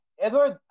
Edward